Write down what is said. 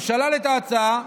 הוא שלל את ההצעה.